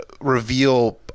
reveal